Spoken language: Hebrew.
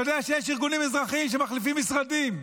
אתה יודע שיש ארגונים אזרחיים שמחליפים משרדים.